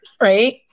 Right